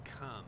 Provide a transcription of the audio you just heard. come